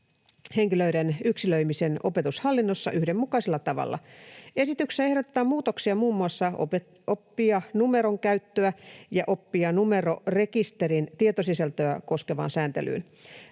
henkilöiden yksilöimisen opetushallinnossa yhdenmukaisella tavalla. Esityksessä ehdotetaan muutoksia muun muassa oppijanumeron käyttöä ja oppijanumerorekisterin tietosisältöä koskevaan sääntelyyn.